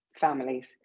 families